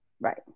Right